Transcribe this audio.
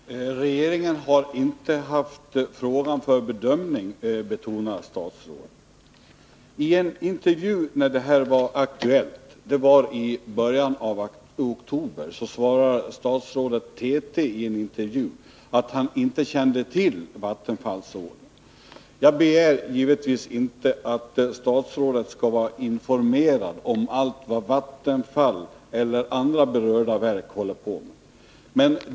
Fru talman! Regeringen har inte haft detta ärende för bedömning, betonar statsrådet. När saken var aktuell i början av oktober sade statsrådet i en intervju för TT att han inte kände till Vattenfalls upphandling. Jag begär givetvis inte att statsrådet skall vara informerad om allt vad Vattenfall eller andra statliga företag håller på med.